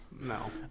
No